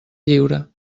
lliure